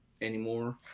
anymore